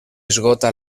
esgota